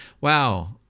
wow